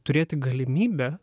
turėti galimybę